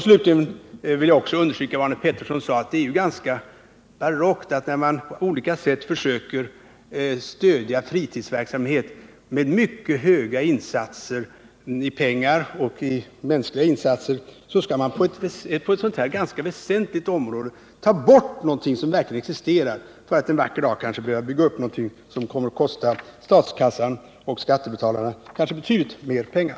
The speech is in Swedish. Jag vill slutligen understryka vad Arne Pettersson sade, nämligen att det är ganska barockt att man, när man på olika sätt försöker stödja fritidsverksamheten med mycket höga insatser av pengar och mänskligt arbete, på ett sådant här väsentligt område skall ta bort något som redan existerar för att en vacker dag kanske behöva bygga upp något som kommer att kosta statskassan och skattebetalarna betydligt mer pengar.